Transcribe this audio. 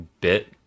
bit